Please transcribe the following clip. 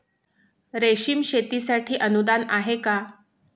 रेशीम शेतीसाठी अनुदान आहे का?